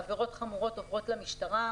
עבירות חמורות עוברות למשטרה,